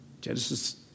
Genesis